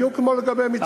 בדיוק כמו לגבי מצפה-רמון.